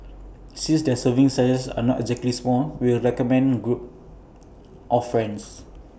since their serving sizes are not exactly small we'll recommend group of friends